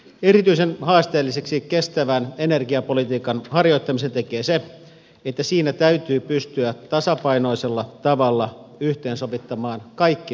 erityisen haasteelliseksi kestävän energiapolitiikan harjoittamisen tekee se että siinä täytyy pystyä tasapainoisella tavalla yhteensovittamaan kaikki nämä tavoitteet